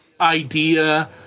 idea –